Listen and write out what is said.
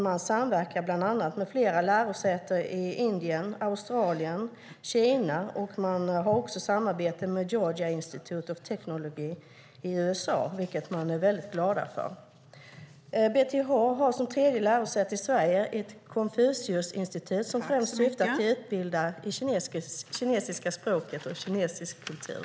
Man samverkar bland annat med flera lärosäten i Indien, Australien, Kina och man har också samarbete med Georgia Institute of Technology i USA, vilket man är väldigt glad för. BTH har som tredje lärosäte i Sverige ett Konfuciusinstitut som främst syftar till att utbilda i kinesiska språket och kinesisk kultur.